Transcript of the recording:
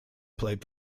played